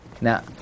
now